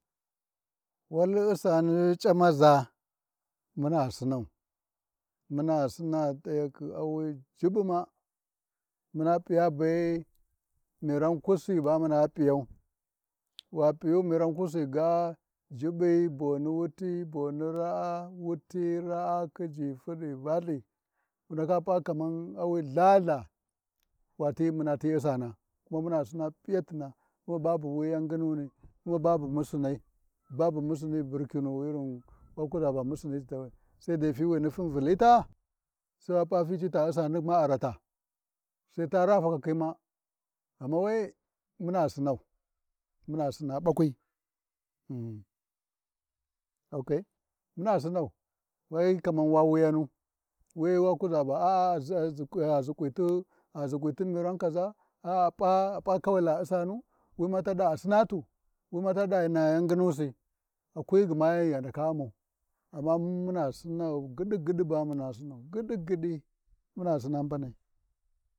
Wal Ussani c’amaza, muna Sinau, muna Sina t’ayakhi gwi jiɓɓu ma, muna P’iyabe be miran kusi ba muna P’iyau, wa Piyu miran kusi ga, Jiɓɓi, boni wuti boni ra’a wuti, ra’a, khijji Valthi, wu ndaka P’a kamar awi LthaLtha, wati munati Ussana muna sina p’iyatina, kuma babu mussaini birkinu irin, wa kuʒa va missini, saidaifi wi nifu Vulita, sai wo P’a fici ta Ussani ma a rala, sai ta raa fakakhima, ghana we muna sinau, muna Sina ɓakwi ghin OK, muna Sinau wei hyi kaman wuyanu, wey wa kuʒa Va a,a ʒhikwiti miran kaʒa, a-a ap’a, ap’a La Ussanu Wima ta da ba a Sinatu, wima ta ɗava na yan nginusi akwi gma ghi andaka Ummau, amma mun muna Sinau gyiɗi gyiɗi bu muna Sinau gyiɗi-gyiɗi, muna Sina Mbanai.